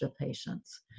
patients